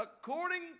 according